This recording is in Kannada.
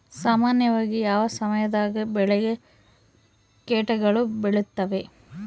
ಸಾಮಾನ್ಯವಾಗಿ ಯಾವ ಸಮಯದಾಗ ಬೆಳೆಗೆ ಕೇಟಗಳು ಬೇಳುತ್ತವೆ?